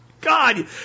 God